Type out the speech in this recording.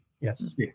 Yes